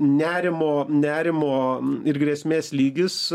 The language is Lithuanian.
nerimo nerimo ir grėsmės lygis